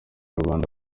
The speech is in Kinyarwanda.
rwanda